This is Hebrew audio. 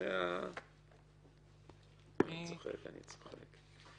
אני צוחק, אני צוחק.